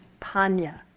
panya